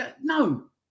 no